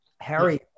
harry